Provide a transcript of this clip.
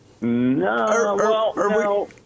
No